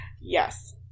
Yes